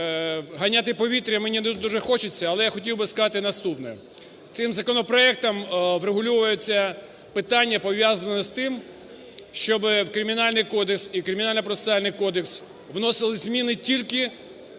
ганяти повітря мені не дуже хочеться, але я хотів би сказати наступне. Цим законопроектом врегульовується питання, пов'язане з тим, щоб у Кримінальний кодекс і Кримінально-процесуальний кодекс вносились зміни тільки